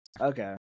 Okay